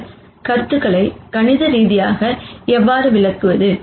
இந்த கருத்துக்களை கணித ரீதியாக எவ்வாறு விளக்குவது